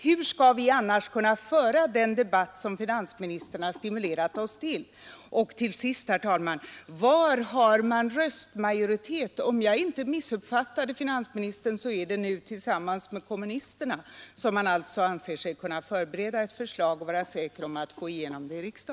Hur skall vi annars kunna föra den debatt som finansministern har stimulerat oss till? Till sist, herr talman, hur har man röstmajoritet? Om jag inte missuppfattade finansministern så måste det nu bli tillsammans med kommunisterna som man anser sig kunna säker på att få igenom det i riksdagen. örbereda ett förslag och vara